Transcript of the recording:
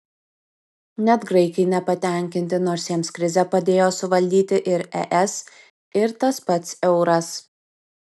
net graikai nepatenkinti nors jiems krizę padėjo suvaldyti ir es ir tas pats euras